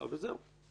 ומן הצד